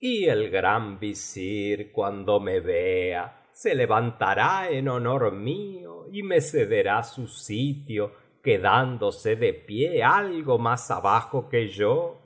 y el gran visir cuando me vea se levantará en honor mío y me cederá su sitio quedándose de pie algo más abajo que yo